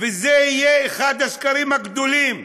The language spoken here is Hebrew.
וזה יהיה אחד השקרים הגדולים.